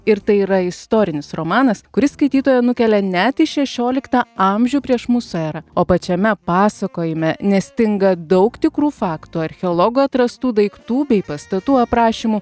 ir tai yra istorinis romanas kuris skaitytoją nukelia net į šešioliktą amžių prieš mūsų erą o pačiame pasakojime nestinga daug tikrų faktų archeologų atrastų daiktų bei pastatų aprašymų